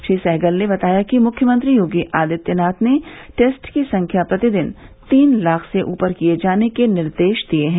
श्री सहगल ने बताया कि मुख्यमंत्री योगी आदित्यनाथ ने टेस्ट की संख्या प्रतिदिन तीन लाख से ऊपर किये जाने के निर्देश दिये हैं